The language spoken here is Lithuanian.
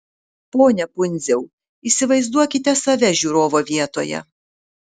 pone pundziau įsivaizduokite save žiūrovo vietoje